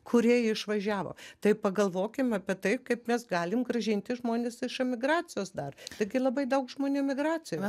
kurie išvažiavo tai pagalvokim apie tai kaip mes galim grąžinti žmones iš emigracijos dar taigi labai daug žmonių migracijoj